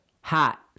hot